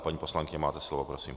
Paní poslankyně, máte slovo, prosím.